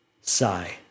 sigh